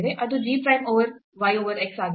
ಅದು g prime y over x ಆಗಿದೆ